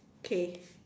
okay